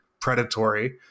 predatory